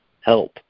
help